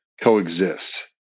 coexist